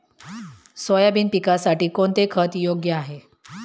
Soybean पिकासाठी कोणते खत योग्य आहे?